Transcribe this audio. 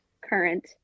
current